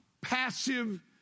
passive